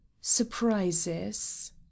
Surprises